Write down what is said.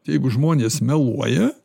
jeigu žmonės meluoja